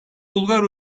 bulgar